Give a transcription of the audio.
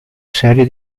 serie